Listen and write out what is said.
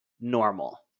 normal